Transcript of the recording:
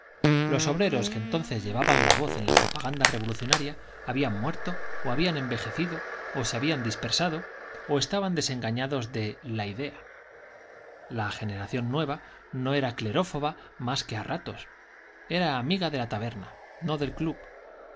los obreros que entonces llevaban la voz en la propaganda revolucionaria habían muerto o habían envejecido o se habían dispersado o estaban desengañados de la idea la generación nueva no era clerófoba más que a ratos era amiga de la taberna no del club